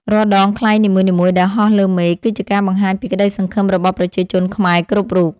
រាល់ដងខ្លែងនីមួយៗដែលហោះលើមេឃ គឺជាការបង្ហាញពីក្តីសង្ឃឹមរបស់ប្រជាជនខ្មែរគ្រប់រូប។